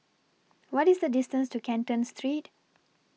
What IS The distance to Canton Street